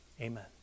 Amen